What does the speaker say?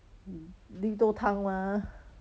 lu~ 绿豆汤吗